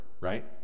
right